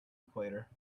equator